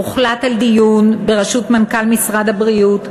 הוחלט על דיון בראשות מנכ"ל משרד הבריאות,